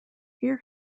here